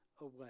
away